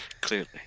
Clearly